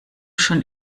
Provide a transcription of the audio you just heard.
schon